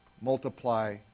multiply